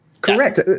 Correct